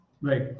right